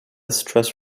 stress